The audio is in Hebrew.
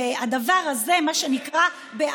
והדבר הזה בעבודה,